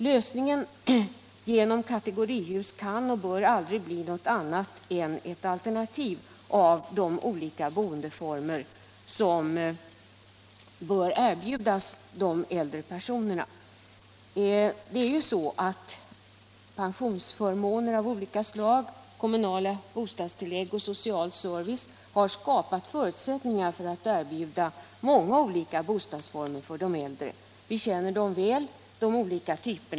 Lösningen genom kategorihus kan och bör aldrig bli något annat än ett alternativ bland de olika boendeformer som bör erbjudas de äldre personerna. Pensionsförmåner av olika slag, kommunala bostadstillägg och social service har skapat förutsättningar att erbjuda de äldre många olika bostadsformer. De olika typerna känner vi väl.